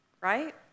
right